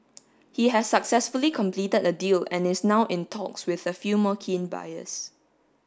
he has successfully completed a deal and is now in talks with a few more keen buyers